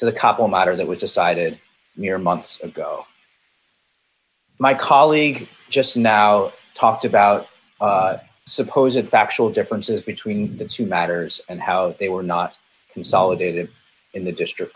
a matter that was decided near months ago my colleague just now talked about suppose a factual differences between those who matters and how they were not consolidated in the district